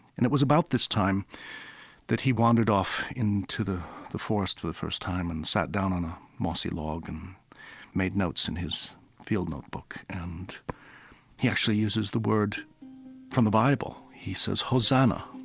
and it was about this time that he wandered off into the the forest for the first time and sat down on a mossy log, and made notes in his field notebook, and he actually uses the word from the bible. he says, hosannah.